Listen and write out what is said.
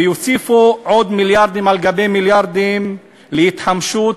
ויוסיפו עוד מיליארדים על מיליארדים להתחמשות,